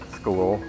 school